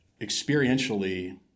experientially